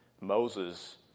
Moses